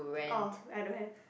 orh I don't have